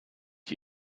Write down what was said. ich